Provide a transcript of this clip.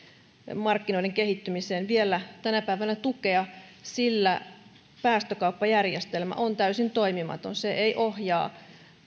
markkinoiden kehittymiseen vielä tänä päivänä tukea sillä päästökauppajärjestelmä on täysin toimimaton se ei ohjaa